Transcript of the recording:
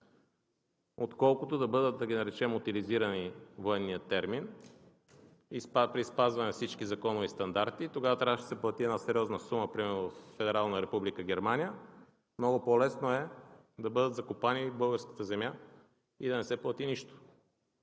отколкото да бъдат, да ги наречем утилизирани – военният термин, и при спазване на всички законови стандарти и тогава трябваше да се плати една сериозна сума примерно във Федерална република Германия. Много по-лесно е да бъдат закопани в българската земя и да не се плати нищо.